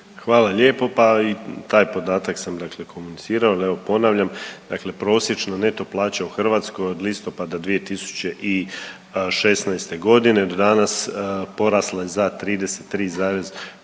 Hvala lijepo. Pa i taj podatak sam dakle komunicirao, ali evo ponavljam, dakle prosječna neto plaća u Hrvatskoj od listopada 2016.g. do danas porasla je za 33,4%,